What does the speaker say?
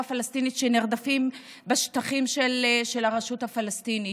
הפלסטינית שנרדפים בשטחים של הרשות הפלסטינית.